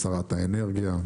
שרת האנרגיה,